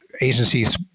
agencies